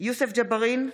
יוסף ג'בארין,